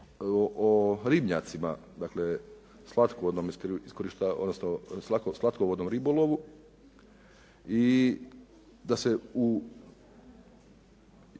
o ribnjacima, dakle slatkovodnom ribolovu i da se u